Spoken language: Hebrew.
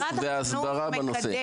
החינוך וההסברה בנושא?